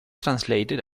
translated